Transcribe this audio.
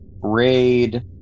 raid